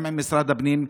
גם עם משרד הפנים,